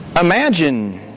Imagine